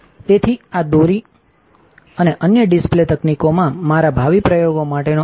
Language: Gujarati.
તેથી આદોરીઅને અન્ય ડિસ્પ્લે તકનીકોમાંનામારા ભાવિ પ્રયોગો માટેનો આધાર હશે